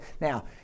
Now